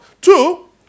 Two